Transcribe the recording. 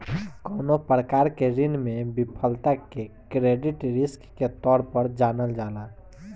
कवनो प्रकार के ऋण में विफलता के क्रेडिट रिस्क के तौर पर जानल जाला